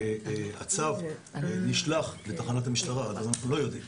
וכשהצו נשלח לתחנת המשטרה אנחנו לא יודעים.